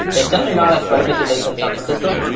it's definitely not as bright as it is in san francisco,